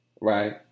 right